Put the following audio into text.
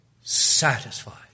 satisfied